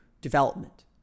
development